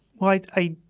well it's a.